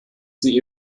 sie